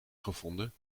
gevonden